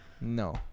no